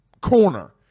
corner